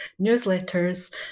newsletters